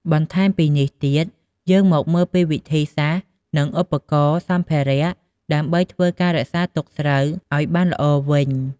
បន្ថែមពីនេះទៀត យើងមកមើលវិធីសាស្ត្រ និងឧបករណ៍ សម្ភារៈ ដើម្បីធ្វើការរក្សាទុកស្រូវឲ្យបានល្អវិញ។